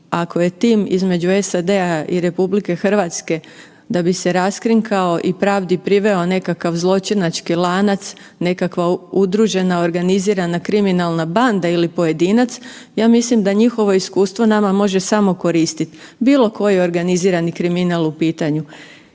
ako je tim između SAD-a i RH da bi se raskrinkao i pravdi priveo nekakav zločinački lanac, nekakva udružena organizirana kriminalna banda ili pojedinac, ja mislim da njihovo iskustvo nama može samo koristit, bilo koji organizirani kriminal u pitanju.